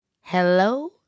Hello